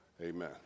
Amen